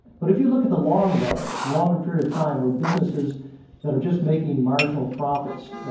but if you look at the long run, longer period of time where businesses that are just making marginal profits,